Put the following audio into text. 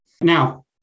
Now